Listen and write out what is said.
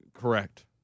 Correct